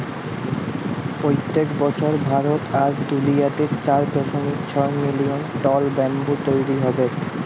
পইত্তেক বসর ভারত আর দুলিয়াতে চার দশমিক ছয় মিলিয়ল টল ব্যাম্বু তৈরি হবেক